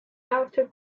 after